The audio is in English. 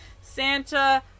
Santa